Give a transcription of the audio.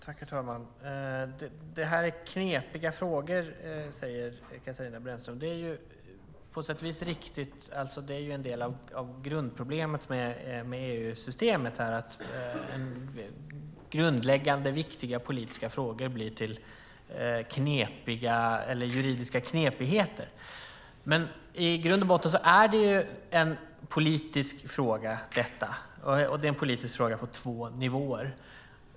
Herr talman! Det här är knepiga frågor, säger Katarina Brännström. Det är på sätt och vis riktigt. Det är ju en del av grundproblemet med EU-systemet, att grundläggande viktiga politiska frågor blir till juridiska knepigheter. Men i grund och botten är detta en politisk fråga. Det är en politisk fråga på två nivåer.